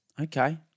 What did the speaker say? Okay